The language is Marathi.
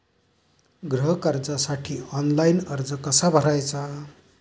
गृह कर्जासाठी ऑनलाइन अर्ज कसा भरायचा?